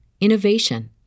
innovation